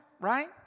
right